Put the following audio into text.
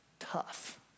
tough